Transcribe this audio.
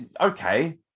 okay